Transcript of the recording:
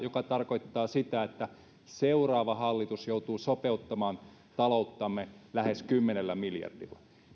niin se tarkoittaa sitä että seuraava hallitus joutuu sopeuttamaan talouttamme lähes kymmenellä miljardilla